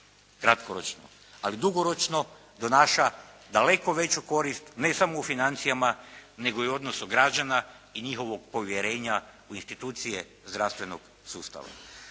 kratkoročno ali dugoročno donaša daleko veću korist, ne samo u financijama, nego i odnos o građana i njihovog povjerenja u institucije zdravstvenog sustava.